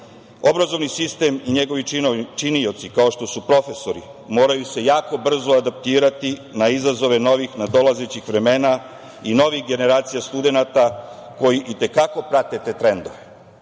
danas. Obrazovni sistem i njegovi činioci kao što su profesori moraju se jako brzo adaptirati na izazove novih, nadolazećih vremena i novih generacija studenata koji i te kako prate te trendove.